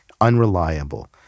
unreliable